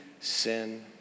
sin